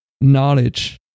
knowledge